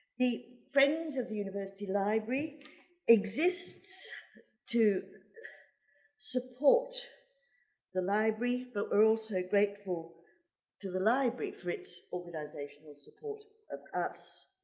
the friends of the university library exists to support the library but are also grateful to the library for its organizational support of us.